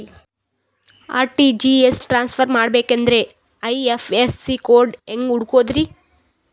RTGS transfer ಮಾಡಬೇಕೆಂದರೆ IFSC code ಹೆಂಗ್ ಹುಡುಕೋದ್ರಿ?